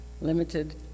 Limited